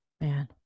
man